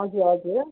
हजुर हजुर